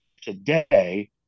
today